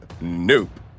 nope